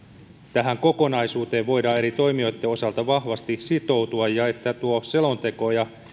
tähän kokonaisuuteen voidaan eri toimijoitten osalta vahvasti sitoutua ja että tuo selonteko ja